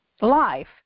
life